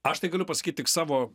aš tai galiu pasakyt tik savo